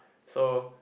so